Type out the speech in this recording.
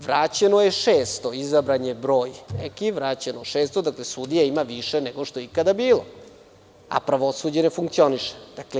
Vraćeno je 600, izabran je neki broj, dakle, sudija ima više nego što je ikada bilo, a pravosuđe ne funkcioniše.